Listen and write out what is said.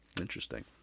Interesting